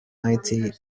ninety